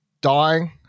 dying